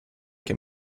can